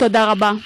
תודה רבה.)